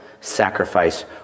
sacrifice